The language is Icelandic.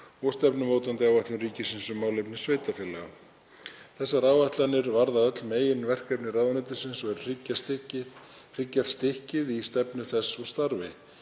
og stefnumótandi áætlun ríkisins um málefni sveitarfélaga. Þessar áætlanir varða öll meginverkefni ráðuneytisins og eru hryggjarstykkið í stefnu þess og starfi.